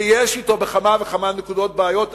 שיש אתו בכמה וכמה נקודות בעיות,